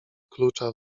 klucza